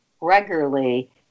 regularly